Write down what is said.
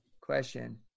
question